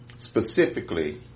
Specifically